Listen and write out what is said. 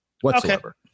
Whatsoever